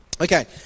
Okay